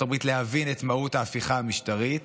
הברית להבין את מהות ההפיכה המשטרית.